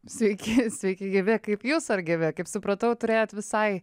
sveiki sveiki gyvi kaip jūs ar gyvi kaip supratau turėjot visai